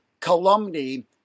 calumny